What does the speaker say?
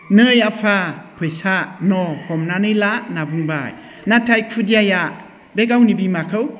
नै आफा फैसा न' हमनानै ला होनना बुंबाय नाथाय खुदियाया बे गावनि बिमाखौ